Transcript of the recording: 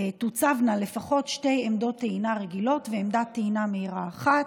תוצבנה לפחות שתי עמדות טעינה רגילות ועמדת טעינה מהירה אחת.